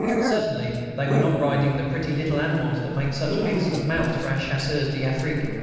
certainly they were not riding the pretty little animals that make such excellent mounts for our chasseurs d'afrique,